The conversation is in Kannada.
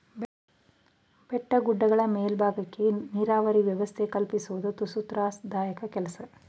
ಬೆಟ್ಟ ಗುಡ್ಡಗಳ ಮೇಲ್ಬಾಗಕ್ಕೆ ನೀರಾವರಿ ವ್ಯವಸ್ಥೆ ಕಲ್ಪಿಸುವುದು ತುಸು ತ್ರಾಸದಾಯಕ ಕೆಲಸ